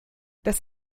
das